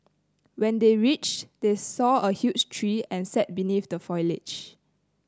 when they reached they saw a huge tree and sat beneath the foliage